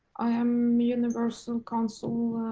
i am universal council.